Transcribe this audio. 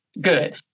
good